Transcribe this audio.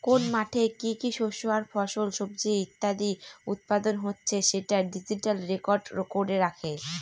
কোন মাঠে কি কি শস্য আর ফল, সবজি ইত্যাদি উৎপাদন হচ্ছে সেটা ডিজিটালি রেকর্ড করে রাখে